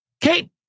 Kate